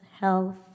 health